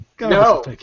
No